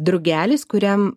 drugelis kuriam